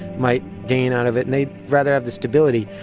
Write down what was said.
might gain out of it, and they'd rather have the stability.